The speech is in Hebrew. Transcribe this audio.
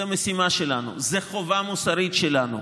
זו משימה שלנו, זו חובה מוסרית שלנו,